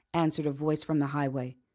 answered a voice from the highway.